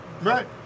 Right